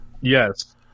Yes